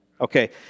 Okay